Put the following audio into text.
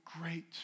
great